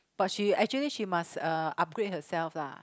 but she actually she must uh upgrade herself lah